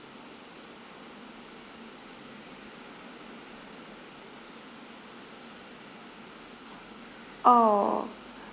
orh